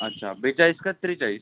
अच्छा बेचाळीस का त्रेचाळीस